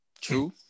True